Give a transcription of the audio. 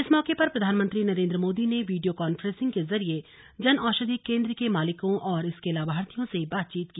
इस मौके पर प्रधानमंत्री नरेन्द्र मोदी ने वीडियो कांफ्रेंसिंग के जरिए जनऔषधि केन्द्र के मालिकों और इसके लाभार्थियों से बातचीत की